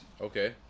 Okay